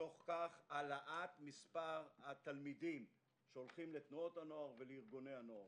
בתוך כך העלאת מספר התלמידים שהולכים לתנועות הנוער וארגוני הנוער.